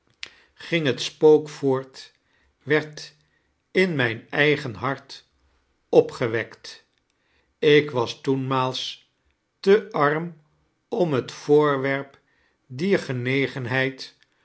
ging het dickens kcr stvirtellingcn spook voort weid in mijn eigen hart opgewekt ik was toenmaals te arm om het voorwetrp dier gmegenheid